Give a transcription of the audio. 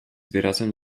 wyrazem